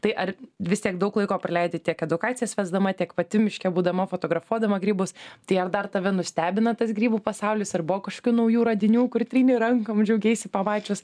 tai ar vis tiek daug laiko praleidi tiek edukacijas vesdama tiek pati miške būdama fotografuodama grybus tai ar dar tave nustebina tas grybų pasaulis ar buvo kažkokių naujų radinių kur trynei rankom džiaugeisi pamačius